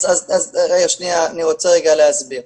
אני רוצה להסביר.